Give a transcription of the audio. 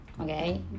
Okay